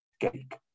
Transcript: cake